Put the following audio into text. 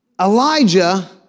Elijah